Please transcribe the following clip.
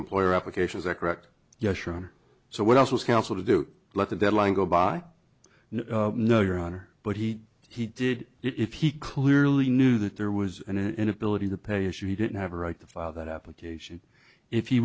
employer applications are correct yes sure so what else was counsel to do let the deadline go by no your honor but he he did if he clearly knew that there was an inability to pay issue he didn't have a right to file that application if he